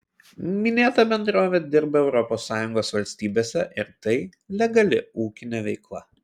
minėta bendrovė dirba europos sąjungos valstybėse ir tai legali ūkinė veikla